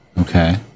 Okay